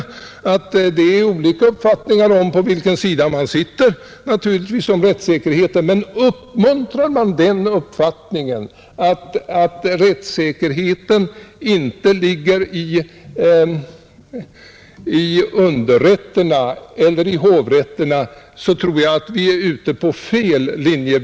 Uppfattningarna är olika, beroende på vilken sida man representerar. Men om man uppmuntrar den uppfattningen att rättssäkerheten inte ligger i underrätterna eller i hovrätterna, så tror jag man är ute på felaktiga vägar.